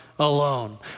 alone